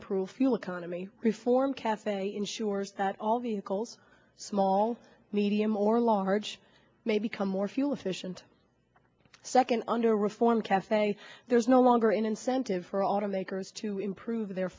improve fuel economy reform cafe ensures that all a cold small medium or large may become more fuel efficient second under reform cafe there's no longer an incentive for automakers to improve their